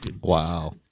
Wow